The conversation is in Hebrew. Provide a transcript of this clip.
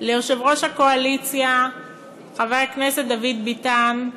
ליושב-ראש הקואליציה חבר הכנסת דוד ביטן,